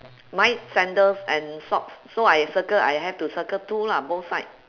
mine is sandals and socks so I circle I have to circle two lah both side